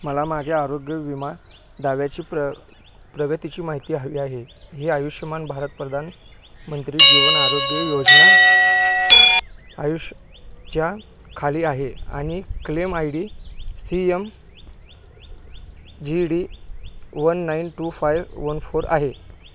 मला माझ्या आरोग्य विमा दाव्याची प्र प्रगतीची माहिती हवी आहे ही आयुष्यमान भारत प्रधानमंत्री जीवन आरोग्य योजना आयुष्य च्या खाली आहे आणि claim I D C M Z D one nine two five one four आहे